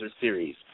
Series